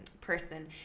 person